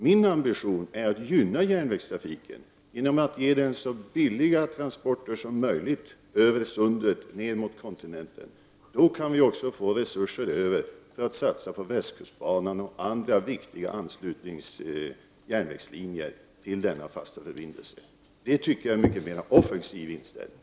Min ambition är att gynna järnvägstrafiken genom att ge den så billiga transporter som möjligt över Sundet och ner till kontinenten. Då kan vi få resurser över för att satsa på västkustbanan och andra viktiga anslutande järnvägslinjer till denna fasta förbindelse. Det tycker jag är en mycket mera offensiv inställning.